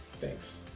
Thanks